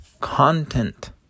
content